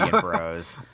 bros